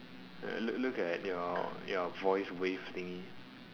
uh look look at your your voice wave thingy